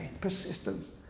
Persistence